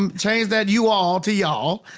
um change that you all to y'all.